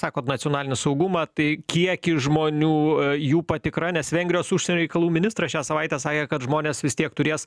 sakot nacionalinį saugumą tai kiekį žmonių jų patikra nes vengrijos užsienio reikalų ministras šią savaitę sakė kad žmonės vis tiek turės